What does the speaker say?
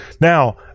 now